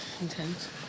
intense